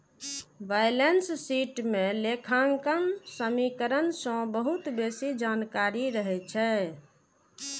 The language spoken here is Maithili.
बैलेंस शीट मे लेखांकन समीकरण सं बहुत बेसी जानकारी रहै छै